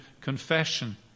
confession